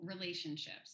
relationships